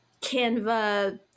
Canva